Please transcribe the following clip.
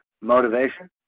motivation